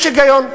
יש היגיון.